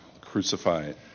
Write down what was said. crucified